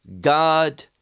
God